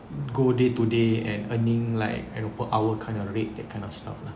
go day to day and earning like per hour kind of rate that kind of stuff lah